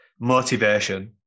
motivation